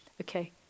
Okay